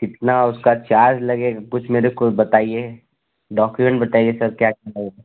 कितना उसका चार्ज लगेगा कुछ मेरे को बताए डॉक्यूमेंट बताइए सर क्या क्या लगेगा